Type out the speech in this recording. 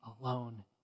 alone